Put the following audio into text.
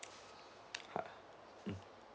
hi mm